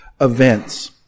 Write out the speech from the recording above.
events